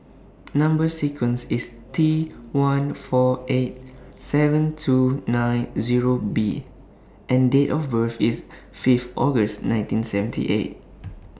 Number sequence IS T one four eight seven two nine Zero B and Date of birth IS Fifth August nineteen seventy eight